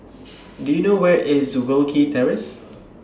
Do YOU know Where IS Wilkie Terrace